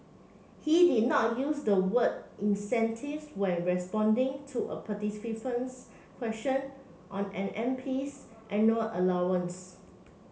he did not use the word incentives when responding to a participant's question on an MP's annual allowance